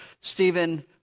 Stephen